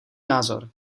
názor